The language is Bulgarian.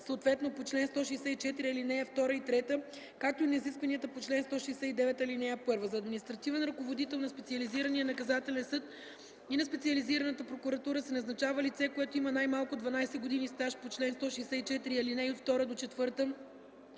съответно по чл. 164, ал. 2 и 3, както и на изискванията по чл. 169, ал. 1. За административен ръководител на специализирания наказателен съд и на специализираната прокуратура се назначава лице, който има най-малко 12 години стаж по чл. 164, ал. 2-4,